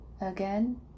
Again